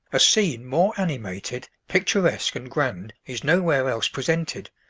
a scene more animated, picturesque, and grand is nowhere else presented,